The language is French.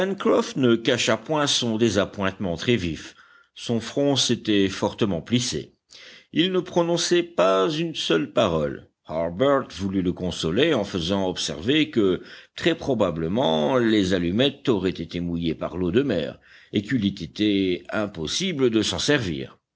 ne cacha point son désappointement très vif son front s'était fortement plissé il ne prononçait pas une seule parole harbert voulut le consoler en faisant observer que très probablement les allumettes auraient été mouillées par l'eau de mer et qu'il eût été impossible de s'en servir